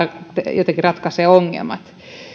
jotenkin ratkaisee ongelmat